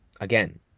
Again